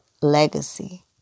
legacy